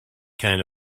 kind